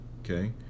Okay